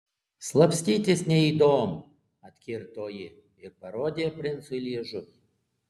slapstytis neįdomu atkirto ji ir parodė princui liežuvį